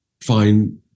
find